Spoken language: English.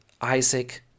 Isaac